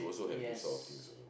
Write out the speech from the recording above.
yes